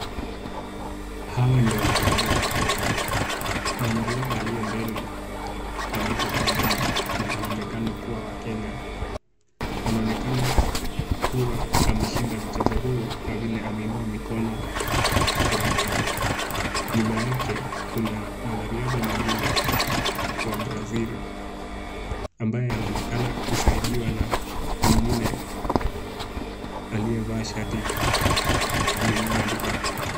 Hawa ni wanariadha vipofu. Mwanariadha aliye mbele anaitwa Kimani na anaonekana kuwa wa Kenya. Anaonekana kuwa ameshinda mchezo huu kwa vile ameinua mikono kwa furaha. Nyuma yake kuna mwanariadha mwingine wa Brazil ambaye anaonekana kusaidiwa na mwingine aliyevaa shati lililoandikwa.